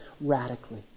radically